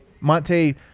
Monte